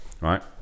right